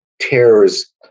terrors